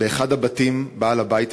באחד הבתים בעל הבית,